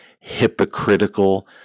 hypocritical